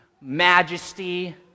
majesty